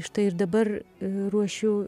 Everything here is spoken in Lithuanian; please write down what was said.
štai ir dabar ruošiu